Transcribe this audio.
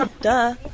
Duh